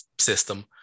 system